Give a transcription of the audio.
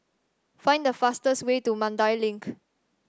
find the fastest way to Mandai Link